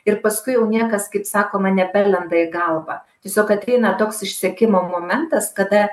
ir paskui jau niekas kaip sakoma nebelenda į galvą tiesiog ateina toks išsekimo momentas kada